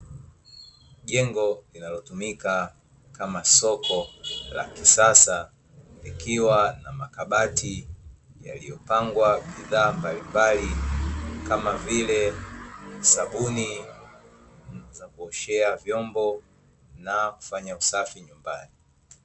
Jengo linalotumika kama soko la kisasa, likiwa na makabati yaliyopangwa bidhaa mbalimbali, kama vile sabuni za kuoshea vyombo na kufanya usafi.